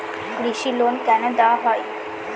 কৃষি লোন কেন দেওয়া হয়?